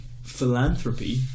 philanthropy